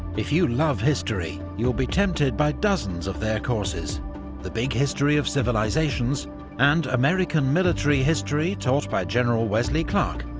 if you love history, you'll be tempted by dozens of their courses the big history of civilisations and american military history taught by general wesley clark,